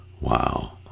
Wow